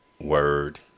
Word